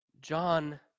John